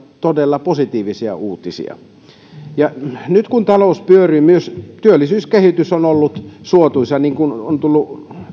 todella positiivisia uutisia nyt kun talous pyörii myös työllisyyskehitys on ollut suotuisaa niin kuin on tullut